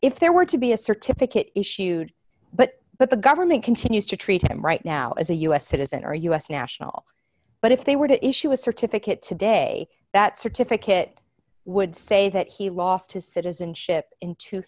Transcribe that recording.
if there were to be a certificate issued but but the government continues to treat him right now as a u s citizen or u s national but if they were to issue a certificate today that certificate would say that he lost his citizenship in two